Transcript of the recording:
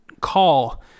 call